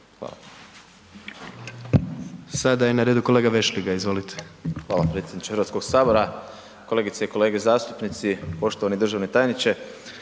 (HDZ)** Sada je na redu kolega Vešligaj. Izvolite. **Vešligaj, Marko (SDP)** Hvala predsjedniče Hrvatskoga sabora, kolegice i kolege zastupnici, poštovani državni tajniče.